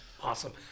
awesome